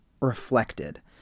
reflected